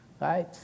Right